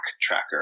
Tracker